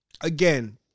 again